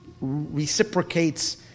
reciprocates